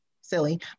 silly